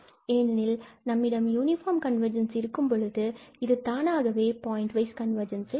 ஏனெனில் நம்மிடம் uniform convergence இருக்கும் பொழுது இது தானாகவே பாயிண்ட் வைஸ் கன்வர்ஜென்ஸ் தரும்